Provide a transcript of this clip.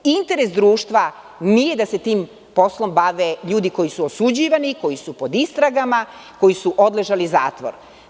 Interes društva nije da se tim poslom bave ljudi koji su osuđivani koji su pod istragama, koji su odležali zatvor.